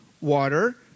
water